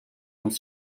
moet